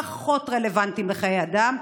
פחות רלוונטיים לחיי אדם?